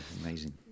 amazing